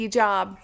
job